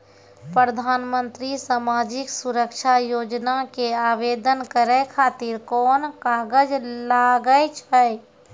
प्रधानमंत्री समाजिक सुरक्षा योजना के आवेदन करै खातिर कोन कागज लागै छै?